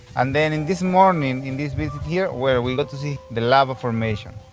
and then and this morning in this visit here where we get to see the lava formation.